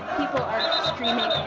people are streaming